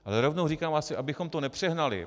Ale rovnou říkám, abychom to nepřehnali.